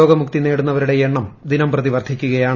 രോഗമുക്തി നേടുന്നവരുടെ എണ്ണം ദിനംപ്രതി വർദ്ധിക്കുകയാണ്